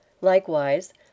Likewise